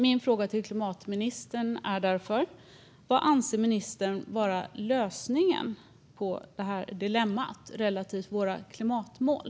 Min fråga till klimatministern är därför: Vad anser ministern vara lösningen på detta dilemma, relativt våra klimatmål?